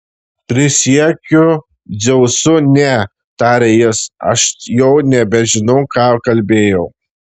prisiekiu dzeusu ne tarė jis aš jau nebežinau ką kalbėjau